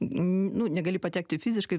nu negali patekti fiziškai